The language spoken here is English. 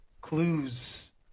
clues